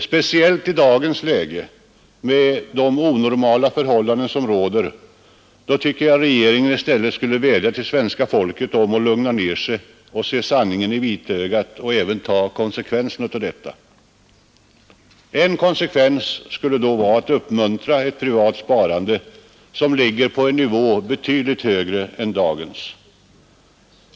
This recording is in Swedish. Speciellt i dagens läge med de onormala förhållanden som råder borde regeringen vädja till svenska folket om att lugna ner sig och se sanningen i vitögat och även ta konsekvenserna av läget. En konsekvens skulle då vara att uppmuntra ett privat sparande, som ligger på en nivå betydligt högre än dagens.